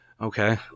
Okay